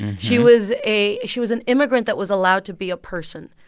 she was a she was an immigrant that was allowed to be a person.